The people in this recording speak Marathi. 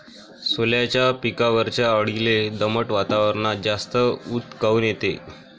सोल्याच्या पिकावरच्या अळीले दमट वातावरनात जास्त ऊत काऊन येते?